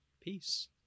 peace